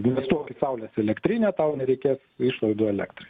visokių saulės elektrinių tau nereikės išlaidų elektrai